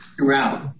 throughout